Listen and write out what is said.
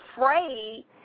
afraid